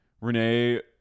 Renee